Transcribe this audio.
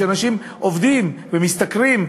אנשים עובדים ומשתכרים,